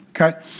okay